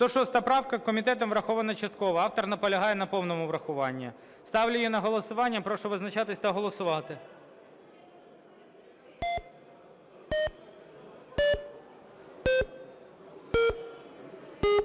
106 правка комітетом врахована частково. Автор наполягає на повному врахуванні. Ставлю її на голосування. Прошу визначатись та голосувати.